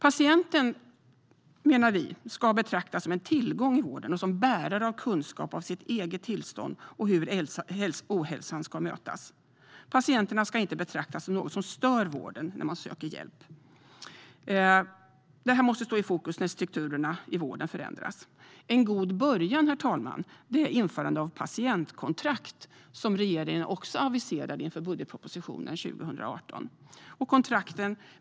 Patienten, menar vi, ska betraktas som en tillgång i vården och som bärare av kunskap om sitt eget tillstånd och om hur ohälsan ska mötas. Som patient ska man inte betraktas som någon som stör vården när man söker hjälp. Detta måste stå i fokus när strukturerna i vården förändras. En god början, herr talman, är införandet av patientkontrakt, som regeringen också aviserade inför budgetpropositionen 2018.